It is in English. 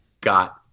got